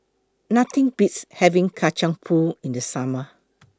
Nothing Beats having Kacang Pool in The Summer